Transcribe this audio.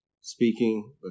speaking